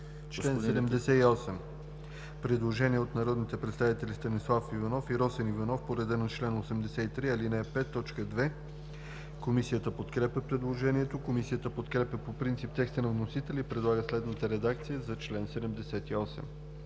чл. 78. Предложение от народните представители Станислав Иванов и Росен Иванов по реда на чл. 83, ал. 5, т. 2. Комисията подкрепя предложението. Комисията подкрепя по принцип текста на вносителя и предлага следната редакция за чл. 78: